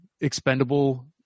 expendable